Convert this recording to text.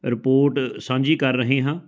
report ਸਾਂਝੀ ਕਰ ਰਹੇ ਹਾਂ